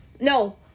No